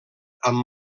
amb